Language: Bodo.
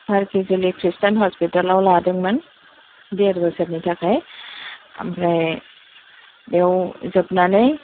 फारखेजुलि खृस्तियान हस्पिटालआव लादोंमोन देर बोसोरनि थाखाय ओमफ्राय बेयाव जोबनानै